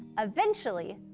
eventually,